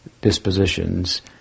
dispositions